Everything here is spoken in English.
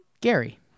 Gary